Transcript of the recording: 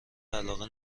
علاقه